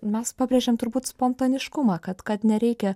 mes pabrėžiam turbūt spontaniškumą kad kad nereikia